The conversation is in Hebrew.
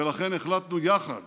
ולכן החלטנו יחד